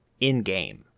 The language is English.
in-game